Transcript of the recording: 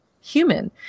human